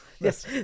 yes